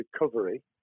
recovery